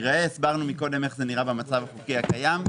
הסברנו מקודם איך זה נראה במצב החוקי הקיים,